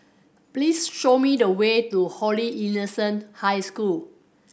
please show me the way to Holy Innocents' High School